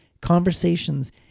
conversations